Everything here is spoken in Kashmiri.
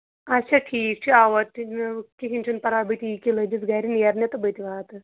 اَچھا ٹھیٖک چھُ اَوا کِہیٖنۍ چھُنہٕ پَرواے بہٕ تہِ ییٚکیٛاہ لٔجِس گَرِ نیرنہِ تہٕ بہٕ تہِ واتہٕ